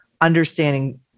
understanding